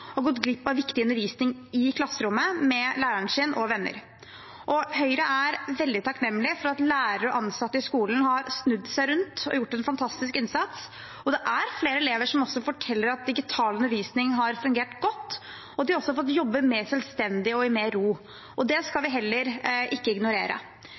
og har gått glipp av viktig undervisning i klasserommet med læreren sin og venner. Høyre er veldig takknemlig for at lærere og ansatte i skolen har snudd seg rundt og gjort en fantastisk innsats. Det er flere elever som forteller at digital undervisning har fungert godt, og at de også har fått jobbe mer selvstendig og mer i ro. Det skal vi heller ikke ignorere.